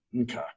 Okay